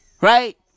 Right